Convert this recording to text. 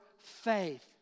faith